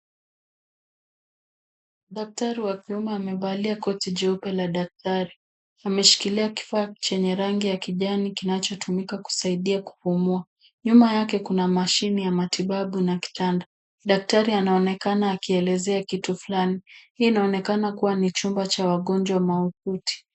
Daktari wa vyuma amevalia koti jeupe la daktari, ameshikilia kifaa chenye rangi ya kijani kinachotumika kusaidia kupumua. Nyuma yake kuna mashine ya matibabu na kitanda. Daktari anaonekana akielezea kitu fulani. Hii inaonekana kuwa ni chumba cha wagonjwa mahututi.